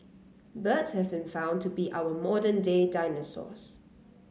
birds have been found to be our modern day dinosaurs